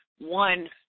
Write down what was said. One